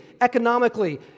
economically